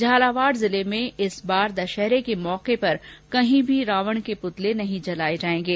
झालावाड़ जिले में इस बार दशहरे के मौके पर कही भी रावण के पुतले नहीं जलाये जाएंगे